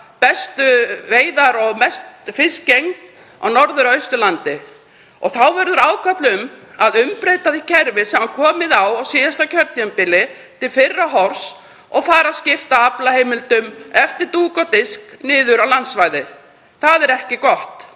best og hafa mesta fiskgengd á Norður- og Austurlandi. Þá verður ákall um að umbreyta því kerfi sem komið var á á síðasta kjörtímabili til fyrra horfs og fara að skipta aflaheimildum, eftir dúk og disk, niður á landsvæði. Það er ekki gott